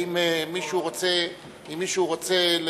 היום הוא ממלא תפקיד של